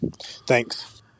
thanks